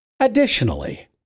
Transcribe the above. Additionally